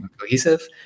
cohesive